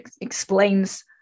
explains